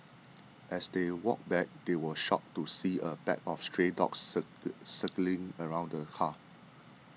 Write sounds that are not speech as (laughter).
as they walked back they were shocked to see a pack of stray dogs (unintelligible) circling around the car